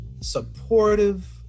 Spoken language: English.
supportive